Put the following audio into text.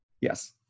Yes